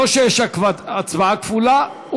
לא שיש הצבעה כפולה,